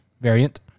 variant